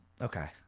okay